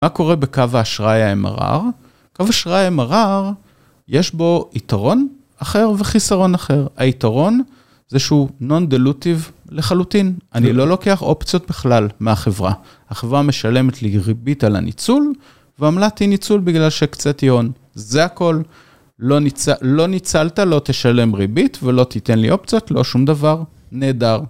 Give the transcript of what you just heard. מה קורה בקו האשראי האמרר? קו אשראי האמרר, יש בו יתרון אחר וחיסרון אחר, היתרון זה שהוא נון דלוטיב לחלוטין, אני לא לוקח אופציות בכלל מהחברה, החברה משלמת לי ריבית על הניצול, ועמלת אי ניצול בגלל שהקצתי הון, זה הכל, לא ניצלת, לא תשלם ריבית ולא תיתן לי אופציות, לא שום דבר, נהדר.